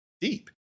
deep